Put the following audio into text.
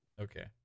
Okay